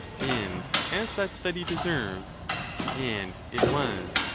and as that study deserves and it was,